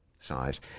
size